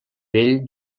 vell